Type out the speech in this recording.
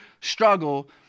struggle